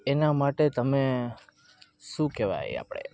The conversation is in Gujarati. એના માટે તમે શું કહેવાય આપણે